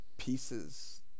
pieces